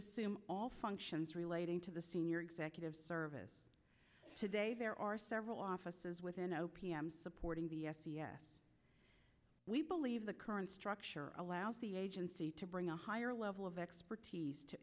assume all functions relating to the senior executive service today there are several offices within o p m supporting the s e s we believe the current structure allows the agency to bring a higher level of expertise to